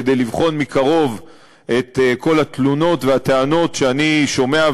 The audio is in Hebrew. כדי לבחון מקרוב את כל התלונות והטענות שאני שומע,